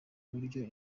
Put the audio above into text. buryo